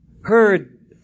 heard